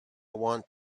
want